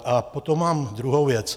A potom mám druhou věc.